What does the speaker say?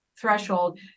threshold